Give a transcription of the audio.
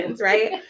right